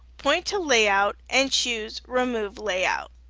point to layout, and choose remove layout.